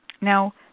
Now